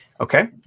Okay